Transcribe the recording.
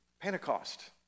Pentecost